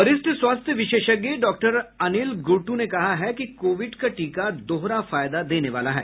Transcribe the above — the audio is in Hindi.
वरिष्ठ स्वास्थ्य विशेषज्ञ डॉक्टर अनिल गुर्टू ने कहा है कि कोविड का टीका दोहरा फायदा देने वाला है